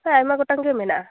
ᱯᱨᱟᱭ ᱟᱭᱢᱟ ᱜᱚᱴᱟᱝ ᱜᱮ ᱢᱮᱱᱟᱜᱼᱟ